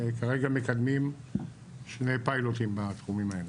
כרגע מקדמים שני פיילוטים בתחומים האלה.